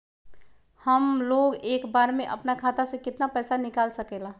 हमलोग एक बार में अपना खाता से केतना पैसा निकाल सकेला?